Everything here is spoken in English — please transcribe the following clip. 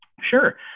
Sure